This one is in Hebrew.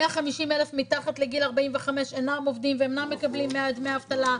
150,000 מתחת לגיל 45 אינם עובדים ואינם מקבלים דמי אבטלה,